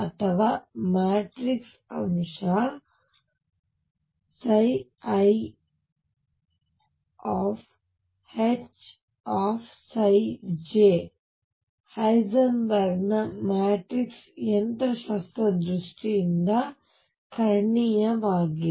ಅಥವಾ ಮ್ಯಾಟ್ರಿಕ್ಸ್ ಅಂಶ ⟨iHj⟩ ಹೈಸೆನ್ಬರ್ಗ್ನ ಮ್ಯಾಟ್ರಿಕ್ಸ್ ಯಂತ್ರಶಾಸ್ತ್ರದ ದೃಷ್ಟಿಯಿಂದ ಕರ್ಣೀಯವಾಗಿದೆ